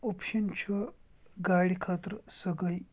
option چھُ گاڑِ خٲطرٕ سۄ گٔے